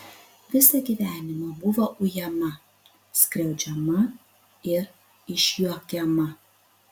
visą gyvenimą buvo ujama skriaudžiama ir išjuokiama